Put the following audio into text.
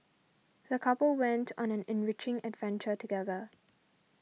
the couple went on an enriching adventure together